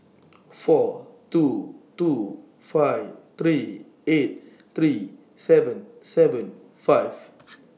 four two two five three eight three seven seven five